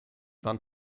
wand